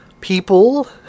People